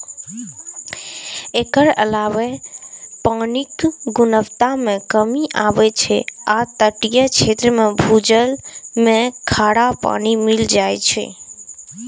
एकर अलावे पानिक गुणवत्ता मे कमी आबै छै आ तटीय क्षेत्र मे भूजल मे खारा पानि मिल जाए छै